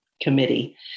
committee